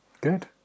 Good